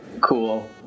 cool